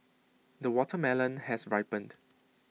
the watermelon has ripened